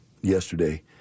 yesterday